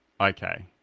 Okay